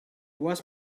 was